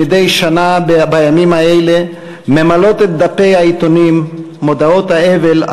ומדי שנה בימים האלה ממלאות את דפי העיתונים מודעות האבל,